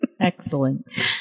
Excellent